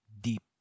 deep